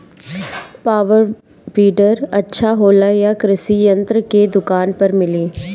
Power weeder अच्छा होला यह कृषि यंत्र के दुकान पर मिली?